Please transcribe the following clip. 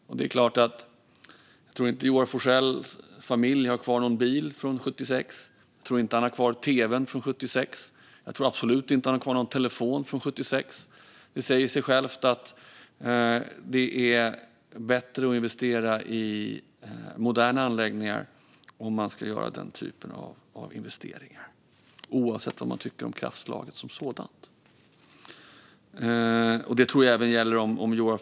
Jag tror inte att Joar Forssells familj har kvar någon bil från 1976. Jag tror inte att han har kvar tv:n från 1976. Jag tror absolut inte att han har kvar någon telefon från 1976. Det säger sig självt att det är bättre att investera i moderna anläggningar om man ska göra den typen av investeringar, oavsett vad man tycker om kraftslaget som sådant. Det tror jag även gäller Joar Forssell.